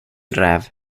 räv